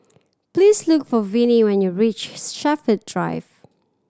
please look for Vinnie when you reach Shepherd Drive